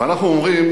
ואנחנו אומרים